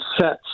sets